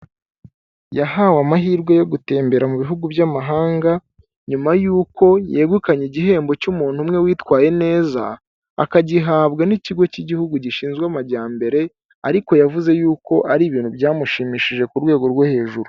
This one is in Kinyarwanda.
Yahawe amahirwe yo gutembera mu bihugu by'amahanga nyuma y'uko yegukanye igihembo cy'umuntu umwe witwaye neza akagihabwa n'ikigo cy'igihugu gishinzwe amajyambere, ariko yavuze yuko ari ibintu byamushimishije ku rwego rwo hejuru.